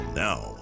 now